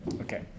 Okay